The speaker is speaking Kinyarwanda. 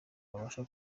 babasha